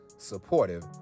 supportive